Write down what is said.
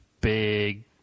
big